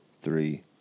three